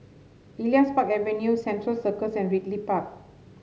Elias Park Avenue Central Circus and Ridley Park